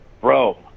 Bro